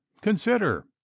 consider